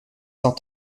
cent